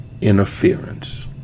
interference